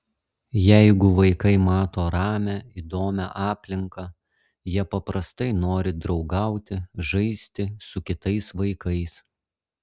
jeigu vaikai mato ramią įdomią aplinką jie paprastai nori draugauti žaisti su kitais vaikais